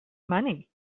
money